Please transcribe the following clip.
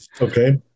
okay